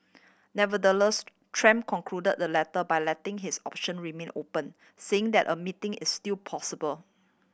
Nevertheless Trump concluded the letter by letting his option remain open saying that a meeting is still possible